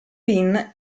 pin